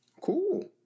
Cool